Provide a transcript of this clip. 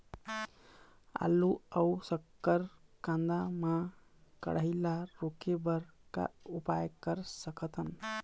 आलू अऊ शक्कर कांदा मा कढ़ाई ला रोके बर का उपाय कर सकथन?